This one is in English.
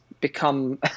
become